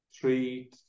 three